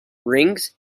rings